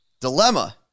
Dilemma